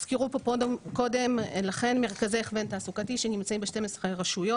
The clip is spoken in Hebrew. הזכירו פה קודם לכן מרכזי הכוון תעסוקתי שנמצאים ב-12 רשויות.